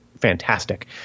fantastic